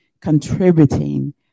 contributing